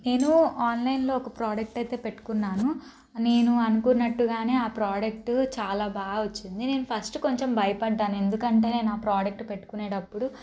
నేను ఆన్లైన్లో ఒక ప్రోడక్ట్ అయితే పెట్టుకున్నాను నేను అనుకున్నట్టుగానే ఆ ప్రోడక్ట్ చాలా బాగా వచ్చింది నేను ఫస్ట్ కొంచెం భయపడ్డాను ఎందుకంటే నేను ఆ ప్రోడక్ట్ పెట్టుకునేటప్పుడు